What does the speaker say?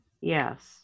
Yes